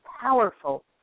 powerful